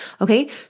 Okay